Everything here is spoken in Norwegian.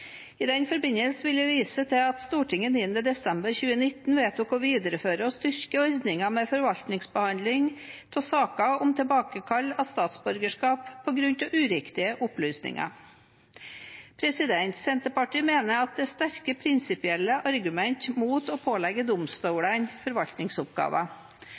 I den forbindelse vil jeg vise til at Stortinget 9. desember 2019 vedtok å videreføre og styrke ordningen med forvaltningsbehandling av saker om tilbakekall av statsborgerskap på grunn av uriktige opplysninger. Senterpartiet mener at det er sterke prinsipielle argumenter mot å pålegge domstolene forvaltningsoppgaver.